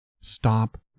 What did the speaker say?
Stop